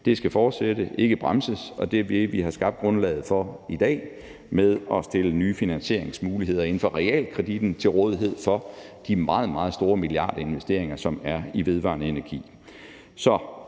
Det skal fortsætte, ikke bremses, og det er det, vi har skabt grundlaget for i dag ved at stille flere finansieringsmuligheder inden for realkreditten til rådighed for de meget, meget store milliardinvesteringer, som er i vedvarende energi.